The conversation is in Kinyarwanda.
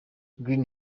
green